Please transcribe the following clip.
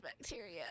bacteria